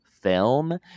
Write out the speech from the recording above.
film